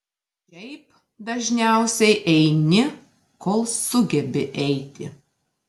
šiaip dažniausiai eini kol sugebi eiti